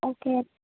okay